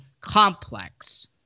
complex